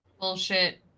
bullshit